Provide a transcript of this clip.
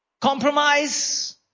Compromise